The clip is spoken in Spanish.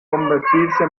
convertirse